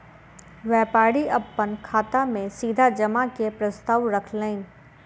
व्यापारी अपन खाता में सीधा जमा के प्रस्ताव रखलैन